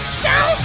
show